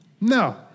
No